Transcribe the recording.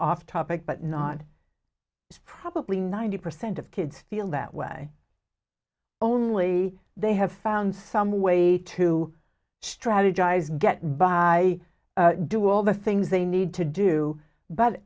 off topic but not probably ninety percent of kids feel that way only they have found some way to strategize get by do all the things they need to do but